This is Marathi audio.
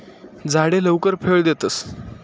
झाडे लवकर फळ देतस